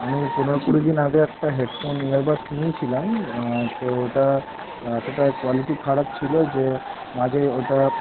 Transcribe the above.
আমি পনেরো কুড়ি দিন আগে একটা হেডফোন ইয়ারবাডস নিয়েছিলাম তো ওটা এতটাই কোয়ালিটি খারাপ ছিল যে মাঝে ওটা